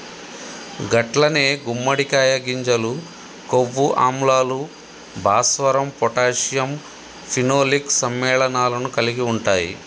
గట్లనే గుమ్మడికాయ గింజలు కొవ్వు ఆమ్లాలు, భాస్వరం పొటాషియం ఫినోలిక్ సమ్మెళనాలను కలిగి ఉంటాయి